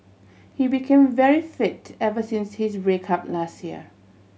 he became very fit ever since his break up last year